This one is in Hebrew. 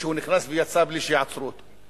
כשנכנס ויצא בלי שיעצרו אותו?